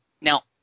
Now